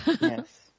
Yes